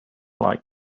like